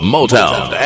Motown